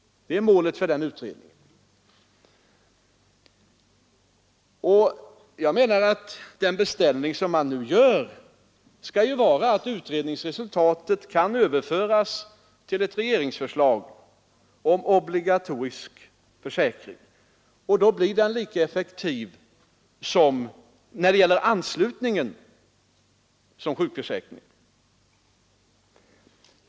Den beställning som nu görs skall innebära att utredningsresultatet kan överföras till ett regeringsförslag om obligatorisk försäkring, som när det gäller anslutningen blir lika effektiv som sjukförsäkringen.